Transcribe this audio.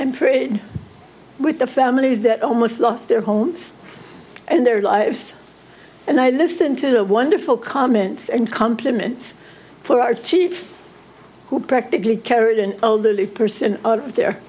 and prayed with the families that almost lost their homes and their lives and i listened to the wonderful comments and compliments for our chief who practically carried an older person out there